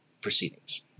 proceedings